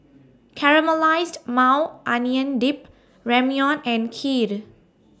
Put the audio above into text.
Caramelized Maui Onion Dip Ramyeon and Kheer